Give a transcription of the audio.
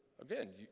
again